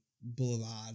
Boulevard